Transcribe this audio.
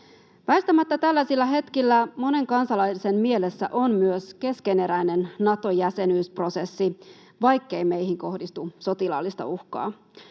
Väistämättä tällaisilla hetkillä monen kansalaisen mielessä on myös keskeneräinen Nato-jäsenyysprosessi, vaikkei meihin kohdistu sotilaallista uhkaa.